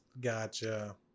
gotcha